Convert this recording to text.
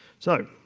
so,